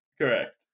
Correct